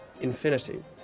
Infinity